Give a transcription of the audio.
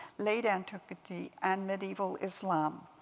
late antiquity, and medieval islam.